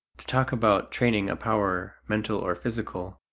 to talk about training a power, mental or physical,